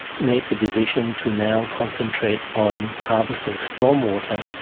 made the decision to now concentrate on harvesting stormwater,